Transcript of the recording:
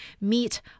Meet